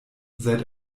seit